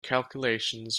calculations